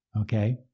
Okay